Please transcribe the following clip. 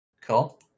Cool